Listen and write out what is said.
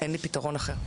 אין לי פתרון אחר.